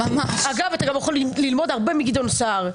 אגב, אתה גם יכול ללמוד הרבה מגדעון סער.